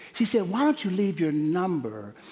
she said, why don't you leave your number,